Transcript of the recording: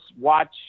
watch